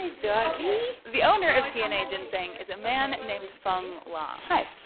doggy the owner of tna ginseng is a man named fong lam hi